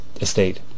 estate